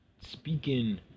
speaking